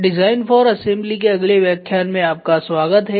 design for assembly के अगले व्याख्यान में आपका स्वागत है